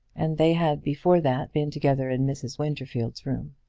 and they had before that been together in mrs. winterfield's room.